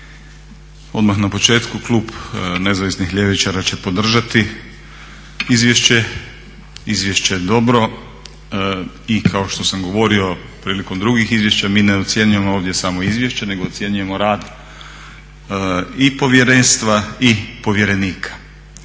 Odmah na početku klub Nezavisnih ljevičara će podržati izvješće. Izvješće je dobro i kao što sam govorio prilikom drugih izvješća mi ne ocjenjujemo ovdje samo izvješće nego ocjenjujemo rad i povjerenstva i povjerenika.